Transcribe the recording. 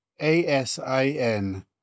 ASIN